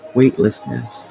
weightlessness